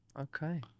Okay